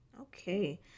Okay